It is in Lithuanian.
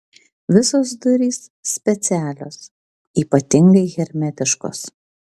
visos durys specialios ypatingai hermetiškos